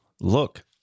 Look